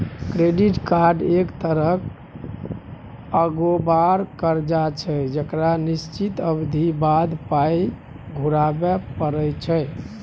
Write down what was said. credit card एक तरहक अगोबार करजा छै जकरा निश्चित अबधी बाद पाइ घुराबे परय छै